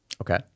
Okay